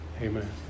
Amen